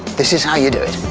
this is how you do it.